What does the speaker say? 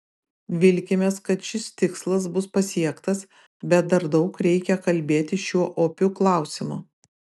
vilkimės kad šis tikslas bus pasiektas bet dar daug reikia kalbėti šiuo opiu klausimu